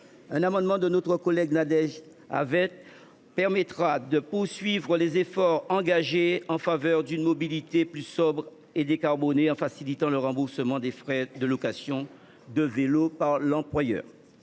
d’un amendement de notre collègue Nadège Havet permettra de poursuivre les efforts engagés en faveur d’une mobilité plus sobre et décarbonée, en facilitant le remboursement des frais de location de vélos par l’employeur.